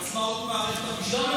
עצמאות מערכת המשפט,